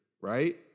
right